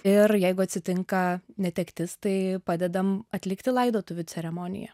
ir jeigu atsitinka netektis tai padedam atlikti laidotuvių ceremoniją